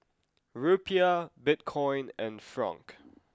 Rupiah Bitcoin and Franc